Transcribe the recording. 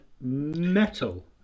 Metal